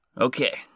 Okay